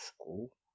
school